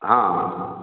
ହଁ